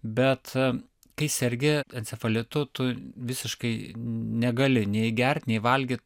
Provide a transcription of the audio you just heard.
bet kai sergi encefalitu tu visiškai negali nei gert nei valgyt